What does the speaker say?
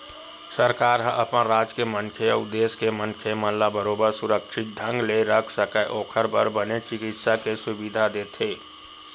सरकार ह अपन राज के मनखे अउ देस के मनखे मन ला बरोबर सुरक्छित ढंग ले रख सकय ओखर बर बने चिकित्सा के सुबिधा देथे